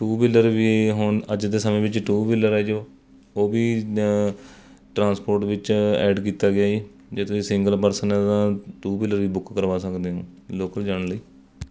to wheeler ਵੀ ਹੁਣ ਅੱਜ ਦੇ ਸਮੇਂ ਵਿੱਚ ਟੂ ਵੀਲਰ ਹੈ ਜੋ ਉਹ ਵੀ ਜਿੱਦਾਂ ਟਰਾਂਸਪੋਰਟ ਵਿੱਚ ਐਡ ਕੀਤਾ ਗਿਆ ਜੀ ਜੇ ਤੁਸੀਂ ਸਿੰਗਲ ਪਰਸਨ ਹੋ ਤਾਂ ਟੂ ਵੀਲਰ ਵੀ ਬੁੱਕ ਕਰਵਾ ਸਕਦੇ ਹੋ ਲੋਕਲ ਜਾਣ ਲਈ